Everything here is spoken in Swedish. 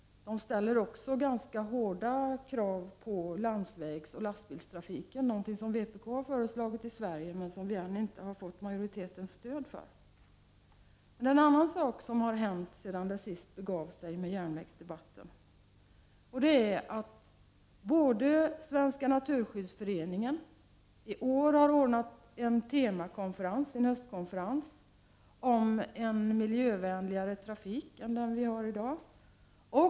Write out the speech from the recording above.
Där ställer man också ganska hårda krav på landsvägsoch lastbilstrafiken — någonting som vpk har föreslagit i Sverige, men som vi ännu inte har fått majoritetens stöd för. En annan sak som har hänt sedan sist det begav sig med järnvägsdebatten är att Svenska naturskyddsföreningen i år har anordnat en temakonferens, en östkonferens, om en miljövänligare trafik än den vi i dag har.